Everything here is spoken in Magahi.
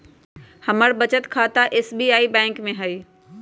हमर बचत खता एस.बी.आई बैंक में हइ